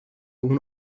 اون